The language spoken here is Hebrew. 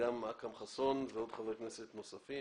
אכרם חסון וחברי כנסת נוספים.